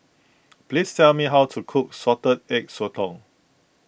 please tell me how to cook Salted Egg Sotong